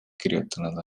kirjutanud